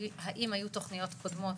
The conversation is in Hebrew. האם היו תוכניות קודמות